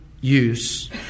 use